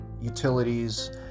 utilities